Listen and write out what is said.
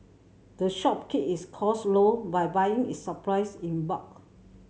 the shop keep its costs low by buying its supplies in bulk